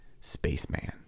spaceman